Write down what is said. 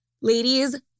Ladies